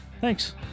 Thanks